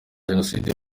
jenoside